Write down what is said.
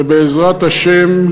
ובעזרת השם,